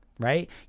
Right